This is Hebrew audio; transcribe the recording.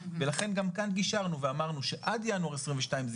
ולכן גם כאן גישרנו ואמרנו שעד ינואר 22' זה